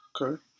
Okay